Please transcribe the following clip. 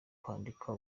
kwandika